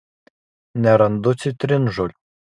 nerandu citrinžolių